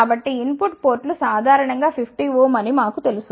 కాబట్టి input పోర్టులు సాధారణం గా 50 ఓం అని మాకు తెలుసు